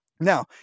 Now